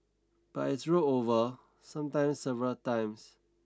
but it's rolled over sometimes several times